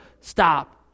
Stop